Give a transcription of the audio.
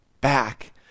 back